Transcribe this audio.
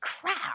crap